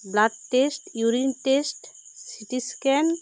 blood test urine test CT scan